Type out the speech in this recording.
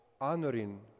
honoring